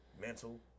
mental